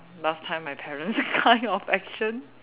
last time my parents kind of action